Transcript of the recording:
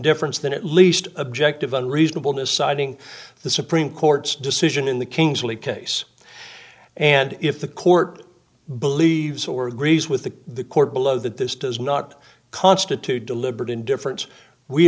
indifference than at least objective unreasonable deciding the supreme court's decision in the kingsley case and if the court believes or agrees with the court below that this does not constitute deliberate indifference we